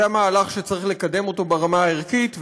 זה המהלך שצריך לקדם אותו ברמה הערכית,